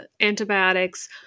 antibiotics